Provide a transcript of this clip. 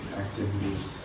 activities